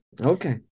Okay